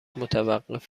متوقف